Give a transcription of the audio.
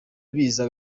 biza